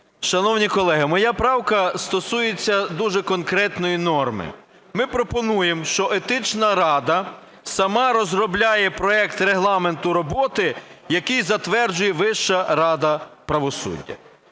Шановні колеги, моя правка стосується дуже конкретної норми. Ми пропонуємо, що Етична рада сама розробляє проект регламенту роботи, який затверджує Вища рада правосуддя.